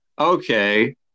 Okay